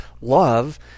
love